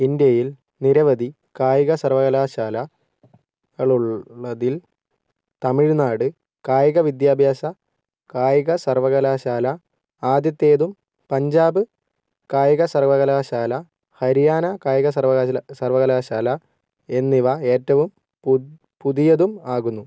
ഇന്ത്യയിൽ നിരവധി കായിക സർവ്വകലാശാലകളുള്ളതിൽ തമിഴ്നാട് കായിക വിദ്യാഭ്യാസ കായിക സർവ്വകലാശാല ആദ്യത്തേതും പഞ്ചാബ് കായിക സർവ്വകലാശാല ഹരിയാന കായിക സർവകശ സർവ്വകലാശാല എന്നിവ ഏറ്റവും പുതിയതും ആകുന്നു